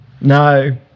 no